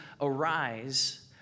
arise